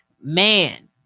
man